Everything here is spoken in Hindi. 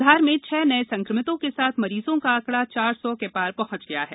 धार में छह नये संकमितों के साथ मरीजों का आंकड़ा चार सौ के पार पहुंच गया है